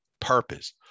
purpose